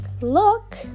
Look